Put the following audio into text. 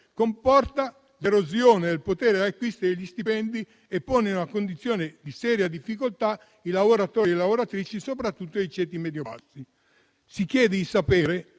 comporta l'erosione del potere d'acquisto degli stipendi e pone in una condizione di seria difficoltà i lavoratori e le lavoratrici, soprattutto dei ceti medio-bassi. Si chiede pertanto